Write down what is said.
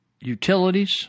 utilities